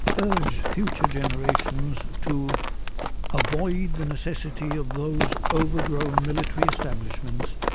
urged future generations to avoid the necessity of those overgrown military establishments,